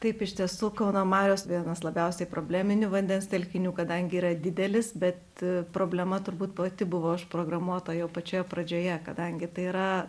taip iš tiesų kauno marios vienas labiausiai probleminių vandens telkinių kadangi yra didelis bet problema turbūt pati buvo užprogramuota jau pačioje pradžioje kadangi tai yra